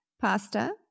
pasta